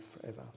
forever